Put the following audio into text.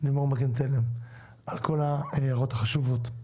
לימור מגן תלם על כל ההערות החשובות.